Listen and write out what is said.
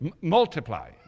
multiply